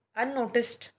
unnoticed